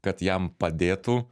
kad jam padėtų